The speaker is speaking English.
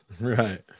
right